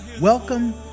Welcome